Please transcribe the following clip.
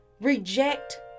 Reject